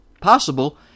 possible